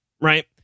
Right